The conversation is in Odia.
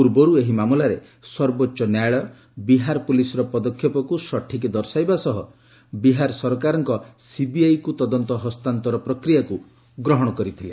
ପୂର୍ବରୁ ଏହି ମାମଲାରେ ସର୍ବୋଚ୍ଚ ନ୍ୟାୟାଳୟ ବିହାର ପୁଲିସ୍ର ପଦକ୍ଷେପକୁ ସଠିକ୍ ଦର୍ଶାଇବା ସହ ବିହାର ସରକାରଙ୍କ ସିବିଆଇକୁ ତଦନ୍ତ ହସ୍ତାନ୍ତର ପ୍ରକ୍ରିୟାକ୍ର ଗ୍ରହଣ କରିଛି